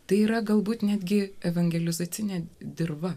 tai yra galbūt netgi evangelizacinė dirva